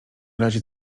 razie